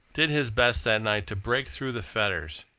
did his best that night to break through the fetters,